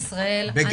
זה.